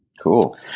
Cool